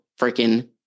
freaking